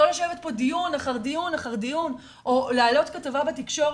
לא לשבת פה בדיון אחר דיון אחר דיון או להעלות כתבה בתקשורת,